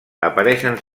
apareixen